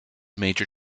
major